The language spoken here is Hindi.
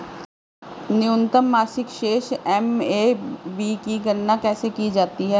न्यूनतम मासिक शेष एम.ए.बी की गणना कैसे की जाती है?